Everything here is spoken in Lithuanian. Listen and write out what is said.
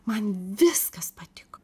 man viskas patiko